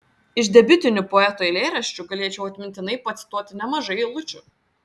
iš debiutinių poeto eilėraščių galėčiau atmintinai pacituoti nemažai eilučių